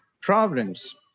problems